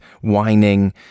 whining